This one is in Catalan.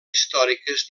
històriques